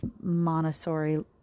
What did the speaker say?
Montessori